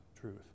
truth